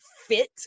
fit